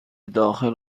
داخل